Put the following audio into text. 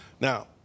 Now